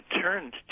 turned